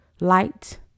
light